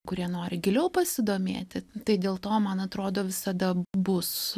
kurie nori giliau pasidomėti tai dėl to man atrodo visada bus